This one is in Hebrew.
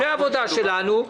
זה העבודה שלנו.